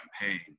campaign